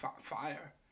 fire